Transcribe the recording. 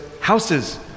houses